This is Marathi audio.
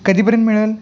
कधीपर्यंत मिळेल